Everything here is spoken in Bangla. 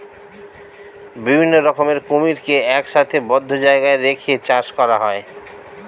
বিভিন্ন রকমের কুমিরকে একসাথে বদ্ধ জায়গায় রেখে চাষ করা হয়